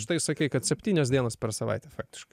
štai sakei kad septynios dienos per savaitę faktiškai